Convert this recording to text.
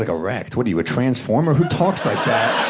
like erect, what are you, a transformer? who talks like that?